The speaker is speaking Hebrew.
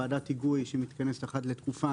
ועדת היגוי שמתכנסת אחת לתקופה,